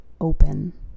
open